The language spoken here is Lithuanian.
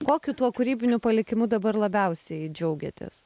kokiu tuo kūrybiniu palikimu dabar labiausiai džiaugiatės